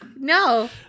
No